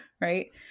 right